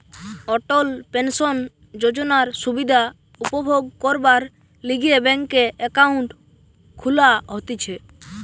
অটল pension যোজনার সুবিধা উপভোগ করবার লিগে ব্যাংকে একাউন্ট খুলা হতিছে